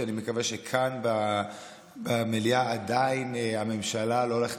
אני מקווה שכאן במליאה עדיין הממשלה לא הולכת